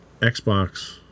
Xbox